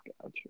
Gotcha